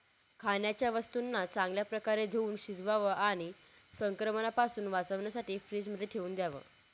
खाण्याच्या वस्तूंना चांगल्या प्रकारे धुवुन शिजवावं आणि संक्रमणापासून वाचण्यासाठी फ्रीजमध्ये ठेवून द्याव